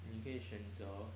你可以选择